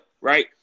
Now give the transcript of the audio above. right